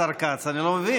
השר כץ, אני לא מבין.